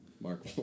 Mark